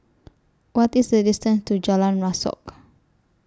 What IS The distance to Jalan Rasok